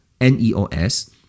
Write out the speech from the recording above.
N-E-O-S